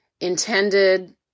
intended